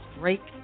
break